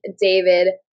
David